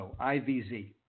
IVZ